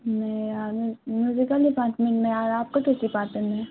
musical department میں اور آپ کا کس ڈپارٹمنٹ میں ہے